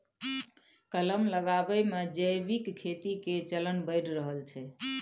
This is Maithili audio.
कलम लगाबै मे जैविक खेती के चलन बढ़ि रहल छै